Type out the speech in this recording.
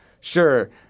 Sure